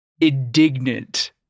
indignant